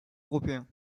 européens